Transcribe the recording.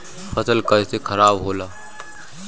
फसल कैसे खाराब होला?